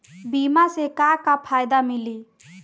बीमा से का का फायदा मिली?